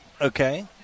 Okay